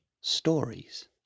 stories